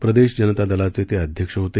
प्रदेश जनता दलाचे ते अध्यक्ष होते